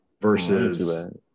versus